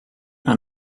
aan